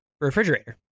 refrigerator